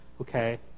Okay